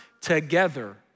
together